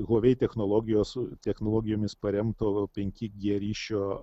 huawei technologijos technologijomis paremto penki g ryšio